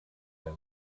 them